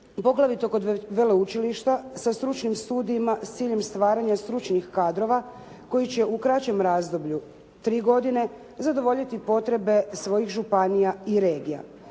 poglavito kod veleučilišta sa stručnim studijima s ciljem stvaranja stručnih kadrova koji će u kraćem razdoblju od 3 godine, zadovoljiti potrebe svojih županija i regija.